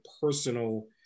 personal